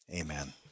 Amen